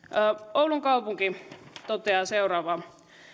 oulun kaupunki toteaa seuraavaa